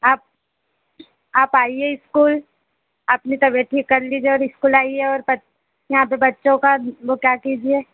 आप आप आइए स्कूल अपनी तबियत ठीक कर लीजिए और स्कूल आइए और यहाँ पे बच्चों का कीजिए